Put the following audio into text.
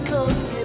Coast